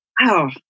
Wow